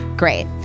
Great